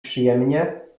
przyjemnie